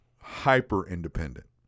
hyper-independent